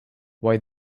why